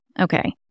okay